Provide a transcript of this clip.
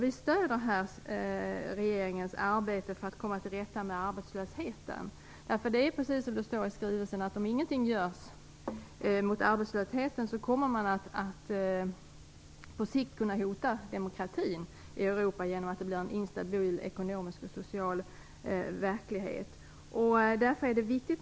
Vi stöder regeringens arbete för att komma till rätta med arbetslösheten, därför att det är så, som det står i skrivelsen, att om ingenting görs mot arbetslösheten kommer demokratin i Europa att på sikt hotas genom att det blir en instabil ekonomisk och social verklighet. Därför är detta arbete viktigt.